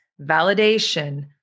validation